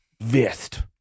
vest